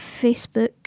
Facebook